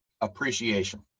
appreciation